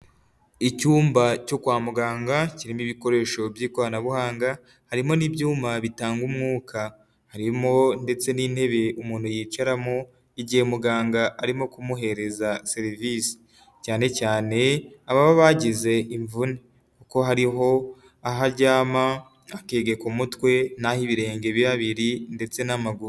Icyumba cyo kwa muganga kirimo ibikoresho by'ikoranabuhanga, harimo n'ibyuma bitanga umwuka, harimo ndetse n'intebe umuntu yicaramo igihe muganga arimo kumuhereza serivisi, cyane cyane ababa bagize imvune, kuko hariho aho aryama akegeka umutwe n'aho ibirenge biba biri ndetse n'amaguru.